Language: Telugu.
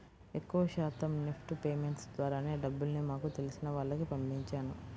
ఎక్కువ శాతం నెఫ్ట్ పేమెంట్స్ ద్వారానే డబ్బుల్ని మాకు తెలిసిన వాళ్లకి పంపించాను